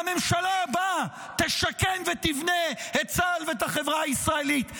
והממשלה הבאה תשקם ותבנה את צה"ל ואת החברה הישראלית.